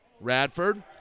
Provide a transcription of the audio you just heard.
Radford